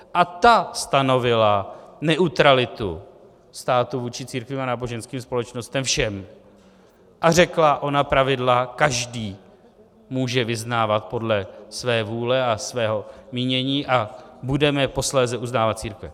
A ta stanovila neutralitu státu vůči církvím a náboženským společnostem všem a řekla ona pravidla: každý může vyznávat podle své vůle a svého mínění a budeme posléze uznávat církve.